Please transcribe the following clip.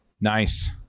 Nice